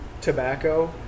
tobacco